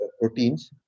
Proteins